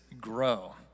grow